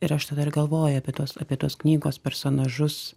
ir aš tada ir galvoju apie tuos apie tuos knygos personažus